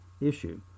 issue